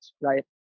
Right